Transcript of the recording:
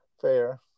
fair